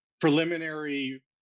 preliminary